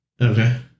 Okay